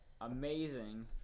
amazing